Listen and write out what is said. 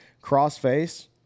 cross-face –